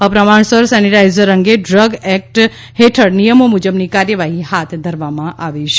અપ્રમાણસર sanitiser અંગે drug act હેઠળ નિયમો મુજબની કાર્યવાહી હાથ ધરવામાં આવેલ છે